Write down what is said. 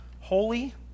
holy